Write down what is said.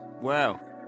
Wow